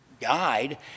guide